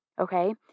Okay